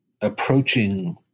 approaching